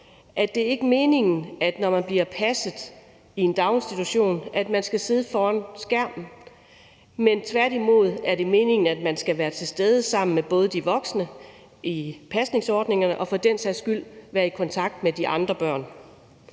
at det ikke er meningen, når man bliver passet i en daginstitution, at man skal sidde foran en skærm; tværtimod er det meningen, at man skal være til stede sammen med både de voksne i pasningsordningerne og for den sags skyld være i kontakt med de andre børn.